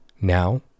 Now